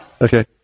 Okay